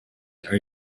are